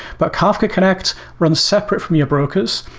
but kafka connect runs separate from your brokers.